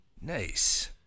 Nice